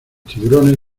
tiburones